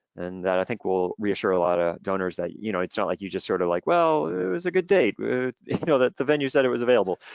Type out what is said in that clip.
and that, i think, will reassure a lot of donors that you know it's not like you just sort of like well, it was a good date you know that the venue said it was available,